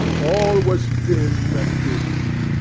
all was dim and dismal.